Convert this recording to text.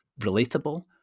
relatable